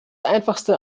einfachste